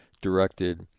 directed